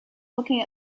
looking